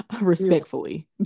Respectfully